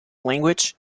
language